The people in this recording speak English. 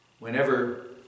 Whenever